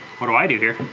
what do i do here?